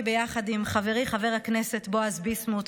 ביחד עם חברי חבר הכנסת בועז ביסמוט,